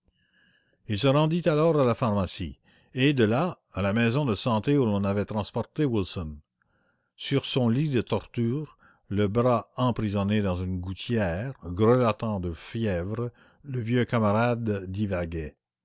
il se rendit alors à la pharmacie et de là à la maison de santé où l'on avait transporté wilson sur son lit de torture le bras emprisonné dans une gouttière grelotant de fièvre le vieux camarade divaguait